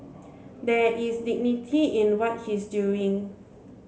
there is dignity in what he's doing